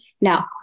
Now